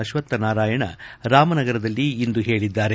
ಅಶ್ವಕ್ವನಾರಾಯಣ ರಾಮನಗರದಲ್ಲಿ ಇಂದು ಹೇಳಿದ್ದಾರೆ